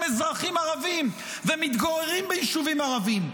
אזרחים ערבים ומתגוררים ביישובים ערביים.